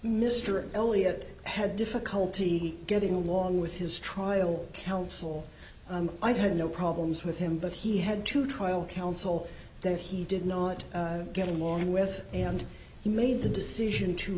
mr elliott had difficulty getting along with his trial counsel i've had no problems with him but he had to trial counsel that he did not get along with and he made the decision to